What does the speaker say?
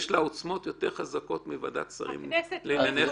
יש לה עוצמות יותר חזקות מוועדת שרים לענייני חקיקה.